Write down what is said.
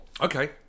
Okay